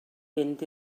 fynd